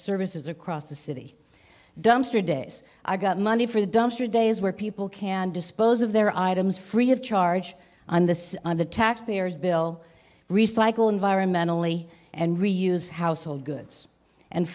services across the city dumpster days i got money for the dumpster days where people can dispose of their items free of charge on this on the taxpayers bill recycle environmentally and reuse household goods and